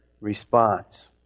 response